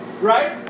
Right